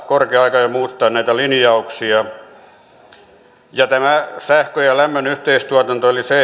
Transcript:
korkea aika jo muuttaa näitä linjauksia tämä sähkön ja lämmön yhteistuotanto eli